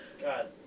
God